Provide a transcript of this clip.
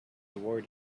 word